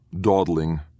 dawdling